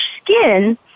skin